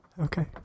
okay